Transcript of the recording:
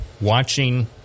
watching